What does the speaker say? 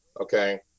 okay